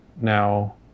Now